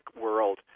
world